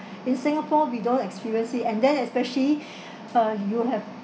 in singapore we don't experience it and then especially uh you have